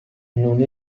non